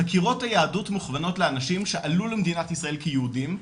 חקירות היהדות מוכוונות לאנשים שעלו למדינת ישראל כיהודים,